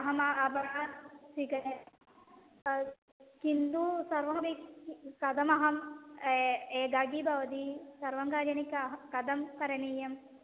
अहम् आपणात् स्वीकरोमि किन्तु सर्वमपि किं कथमहम् एकाकी भवती सर्वाणि कार्याणि कः कथं करणीयानि